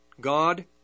God